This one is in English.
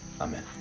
Amen